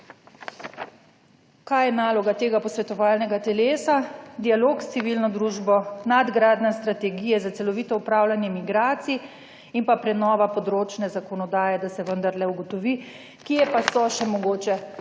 Kaj je naloga tega posvetovalnega telesa? Dialog s civilno družbo, nadgradnja strategije za celovito upravljanje migracij in pa prenova področne zakonodaje, da se vendarle ugotovi kje pa so še mogoče kakšne